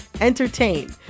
entertain